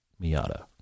Miata